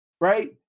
Right